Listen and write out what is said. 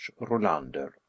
Rolander